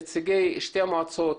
נציגי שתי המועצות,